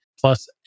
plus